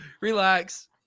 Relax